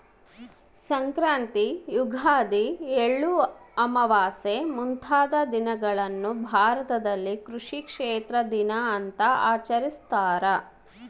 ಸಂಕ್ರಾಂತಿ ಯುಗಾದಿ ಎಳ್ಳಮಾವಾಸೆ ಮುಂತಾದ ದಿನಗಳನ್ನು ಭಾರತದಲ್ಲಿ ಕೃಷಿ ಕ್ಷೇತ್ರ ದಿನ ಅಂತ ಆಚರಿಸ್ತಾರ